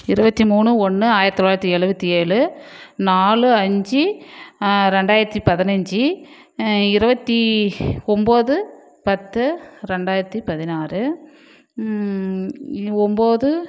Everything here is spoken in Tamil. இருபத்தி மூணு ஒன்று ஆயிரத்து தொள்ளாயிரத்து எழுபத்தி ஏழு நாலு அஞ்சு ரெண்டாயிரத்து பதினஞ்சு இருபத்தி ஒம்பது பத்து ரெண்டாயிரத்து பதினாறு ஒம்பது